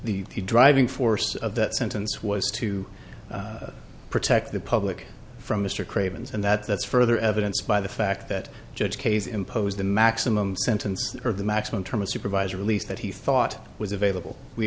the driving force of that sentence was to protect the public from mr craven's and that's further evidence by the fact that judge case imposed the maximum sentence of the maximum term a supervisor release that he thought was available we